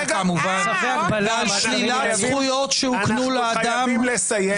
אנחנו חייבים לסיים.